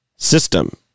system